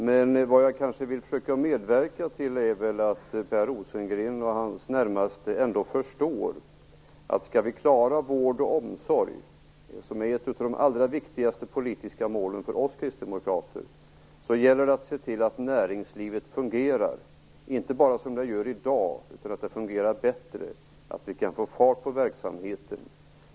Men jag vill ändå försöka medverka till att Per Rosengren och hans närmaste förstår att skall vi klara vård och omsorg - som är ett av de allra viktigaste politiska målen för oss kristdemokrater - gäller det att se till att näringslivet fungerar, inte bara som det gör i dag utan att det fungerar bättre, så att vi kan få fart på verksamheten.